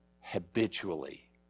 habitually